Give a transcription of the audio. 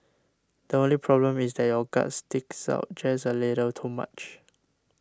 the only problem is that your gut sticks out just a little too much